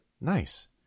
Nice